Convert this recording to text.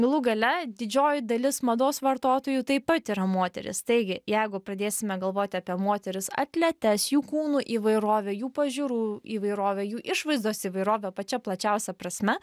galų gale didžioji dalis mados vartotojų taip pat yra moterys taigi jeigu pradėsime galvoti apie moteris atletes jų kūnų įvairovę jų pažiūrų įvairovę jų išvaizdos įvairovę pačia plačiausia prasme